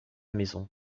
maison